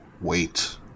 wait